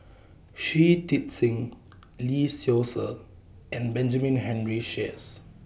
Shui Tit Sing Lee Seow Ser and Benjamin Henry Sheares